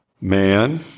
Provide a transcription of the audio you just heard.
man